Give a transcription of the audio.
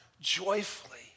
joyfully